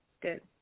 Good